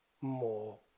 more